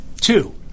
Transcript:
Two